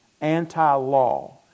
Anti-law